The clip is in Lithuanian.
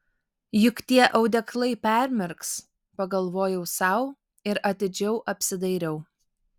juk tie audeklai permirks pagalvojau sau ir atidžiau apsidairiau